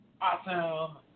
Awesome